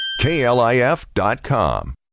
KLIF.com